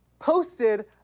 posted